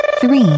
three